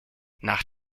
nach